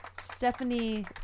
Stephanie